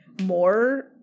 more